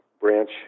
branch